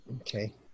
Okay